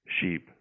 sheep